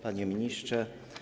Panie Ministrze!